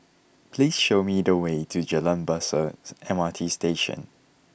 please show me the way to Jalan Besar M R T Station